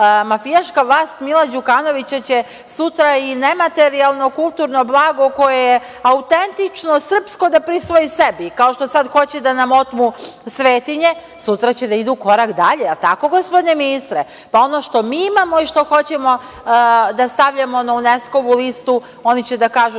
Mafijaška vlast Mila Đukanovića će sutra i nematerijalno kulturno blago, koje je autentično srpsko, da prisvoji sebi. Kao što sad hoće da nam otmu svetinje, sutra će da idu korak dalje. Jel tako, gospodine ministre? Pa, ono što mi imamo i što hoćemo da stavljamo na UNESKO listu, oni će da kažu